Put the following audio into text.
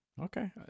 Okay